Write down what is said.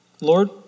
Lord